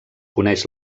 coneix